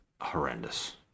horrendous